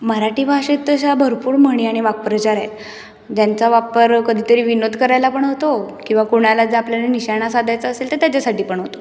मराठी भाषेत तशा भरपूर म्हणी आणि वाक्प्रचार आहे ज्यांचा वापर कधीतरी विनोद करायला पण होतो किंवा कुणाला जर आपल्याला निशाणा साधायचा असेल तर त्याच्यासाठी पण होतो